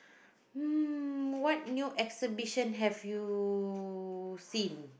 um what new exhibition have you seen